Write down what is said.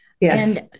Yes